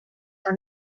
for